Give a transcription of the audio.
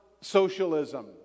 socialism